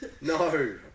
No